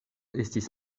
estis